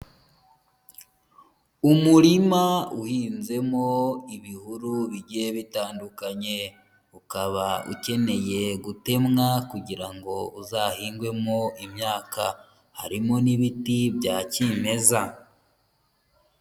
Umurima uhinzemo ibihuru bigiye bitandukanye, ukaba ukeneye gutemwa kugira ngo uzahingwemo imyaka, harimo n'ibiti bya kimeza.